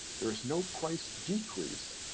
there is no price decrease,